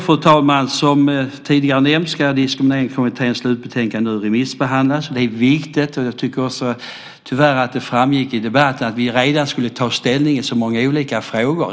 Fru talman! Som tidigare nämnts ska Diskrimineringskommitténs slutbetänkande remissbehandlas. Det är viktigt. Det har tyvärr framgått i debatten att vi redan nu ska ta ställning i många olika frågor.